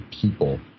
people